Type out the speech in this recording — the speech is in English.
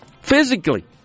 physically